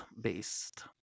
based